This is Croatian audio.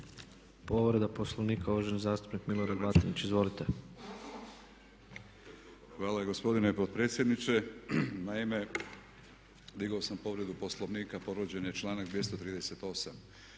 Povreda poslovnika, uvaženi zastupnik Milorad Batinić. Izvolite. **Batinić, Milorad (HNS)** Hvala gospodine potpredsjedniče. Naime, digao sam povredu Poslovnika, povrijeđen je članak 238.